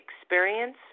experience